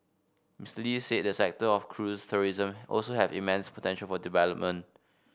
Mister Lee said the sector of cruise tourism also have immense potential for development